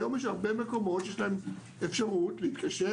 היום יש הרבה מקומות שיש אפשרות להתקשר